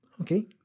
Okay